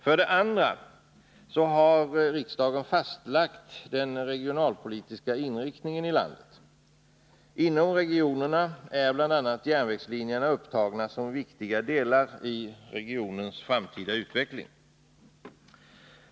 För det andra har riksdagen fastlagt den regionalpolitiska inriktningen i landet. Inom regionerna är bl.a. järnvägslinjerna upptagna som viktiga delar i regionens framtida utveckling.